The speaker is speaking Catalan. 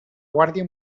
guàrdia